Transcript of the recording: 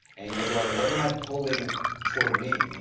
and you're going, what am i pulling toward me? you